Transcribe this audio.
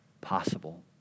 possible